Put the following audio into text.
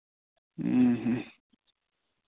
ᱦᱮᱸ ᱦᱮᱸ